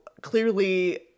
clearly